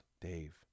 Dave